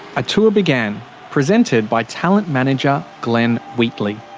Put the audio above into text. a tour began presented by talent manager glenn wheatley,